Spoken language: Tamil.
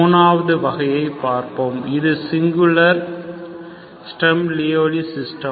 3 வது வகையை பார்ப்போம் அது சின்குலர் ஸ்ட்ரம் லியோவ்லி சிஸ்டம்